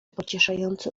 pocieszający